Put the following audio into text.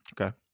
Okay